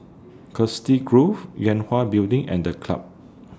Chiselhurst Grove Yue Hwa Building and The Club